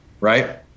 right